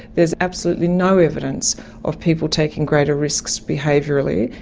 there is absolutely no evidence of people taking greater risks behaviourally.